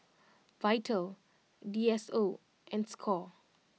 Vital D S O and Score